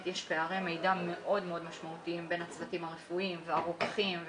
יש פערי מידע מאוד מאוד משמעותיים בין הצוותים הרפואיים והרוקחים.